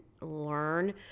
learn